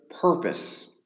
purpose